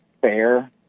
fair